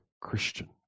Christian